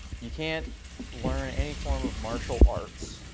you can't learn any form of martial arts.